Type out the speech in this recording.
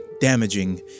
damaging